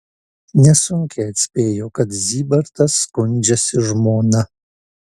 nesunkiai atspėjo kad zybartas skundžiasi žmona